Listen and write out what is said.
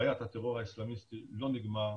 בעיית הטרור האיסלמיסטי לא נגמרה,